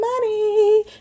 money